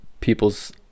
people's